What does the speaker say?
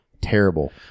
terrible